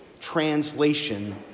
translation